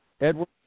Edward